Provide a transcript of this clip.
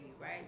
right